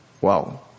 Wow